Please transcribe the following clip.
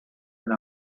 been